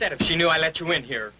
that she knew i let you in here